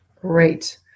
Great